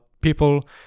people